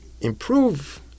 improve